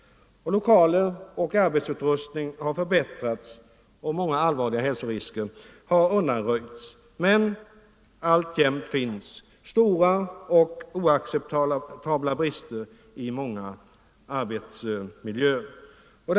Lokaler och arbetsutrustning har förbättrats, och många allvarliga hälsorisker har undanröjts. Men alltjämt finns stora och oacceptabla brister i många arbetsmiljöer.